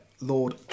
Lord